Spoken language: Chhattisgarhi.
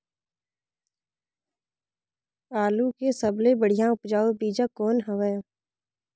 आलू के सबले बढ़िया उपजाऊ बीजा कौन हवय?